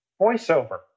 voiceover